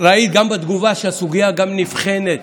ראית בתגובה שהסוגיה גם נבחנת,